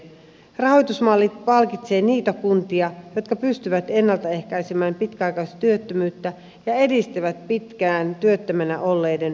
rahoitusmalli palkitsee niitä kuntia jotka pystyvät ennalta ehkäisemään pitkäaikaistyöttömyyttä ja edistävät pitkään työttömänä olleiden työllistymistä